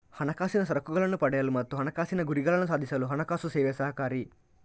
ಹಣಕಾಸಿನ ಸರಕುಗಳನ್ನ ಪಡೆಯಲು ಮತ್ತು ಹಣಕಾಸಿನ ಗುರಿಗಳನ್ನ ಸಾಧಿಸಲು ಹಣಕಾಸು ಸೇವೆ ಸಹಕಾರಿ